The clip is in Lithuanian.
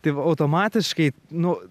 tai automatiškai nu